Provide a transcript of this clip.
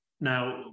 Now